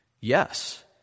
Yes